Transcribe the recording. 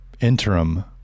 interim